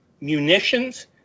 munitions